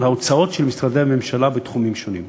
ההוצאות הגדולות של משרדי הממשלה בתחומים שונים.